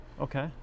Okay